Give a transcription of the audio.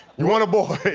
you want a boy.